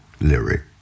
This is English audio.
lyric